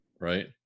Right